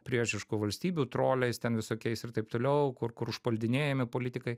priešiškų valstybių troliais ten visokiais ir taip toliau kur kur užpuldinėjami politikai